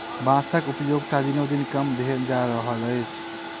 बाँसक उपयोगिता दिनोदिन कम भेल जा रहल अछि